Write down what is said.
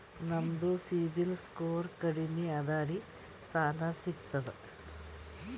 ನಮ್ದು CIBIL score ಕಡಿಮಿ ಅದರಿ ಸಾಲಾ ಸಿಗ್ತದ?